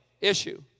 issue